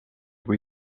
kui